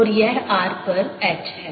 और यह r पर H है